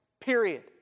period